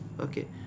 Okay